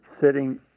sitting